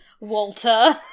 Walter